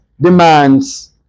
demands